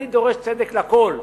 אני דורש צדק לכול.